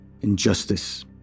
injustice